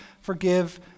forgive